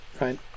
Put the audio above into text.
right